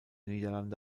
niederlande